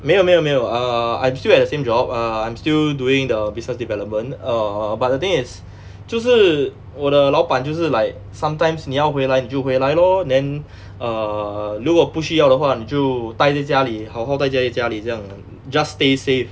没有没有没有 err I'm still at the same job uh I'm still doing the business development err but the thing is 就是我的老板就是 like sometimes 你要回来你就回来 lor then err 如果不需要的话你就待在家里好好待在家里这样 just stay safe